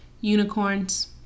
Unicorns